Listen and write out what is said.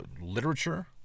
literature